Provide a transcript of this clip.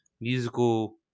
musical